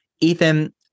Ethan